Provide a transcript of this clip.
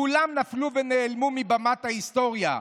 כולם נפלו ונעלמו מבמת ההיסטוריה.